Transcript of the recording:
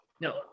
No